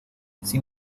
sin